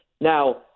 Now